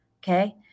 Okay